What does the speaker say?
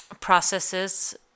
processes